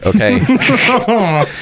okay